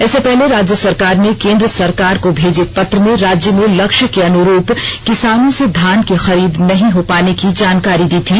इससे पहले राज्य सरकार ने केन्द्र सरकार को भेजे पत्र में राज्य में लक्ष्य के अनुरूप किसानों से धान की खरीद नहीं हो पाने की जानकारी दी थी